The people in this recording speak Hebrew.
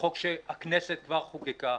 זה חוק שהכנסת כבר חוקקה.